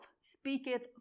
speaketh